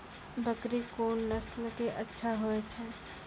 बकरी कोन नस्ल के अच्छा होय छै?